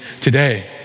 today